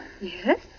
Yes